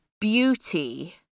beauty